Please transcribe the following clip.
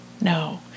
No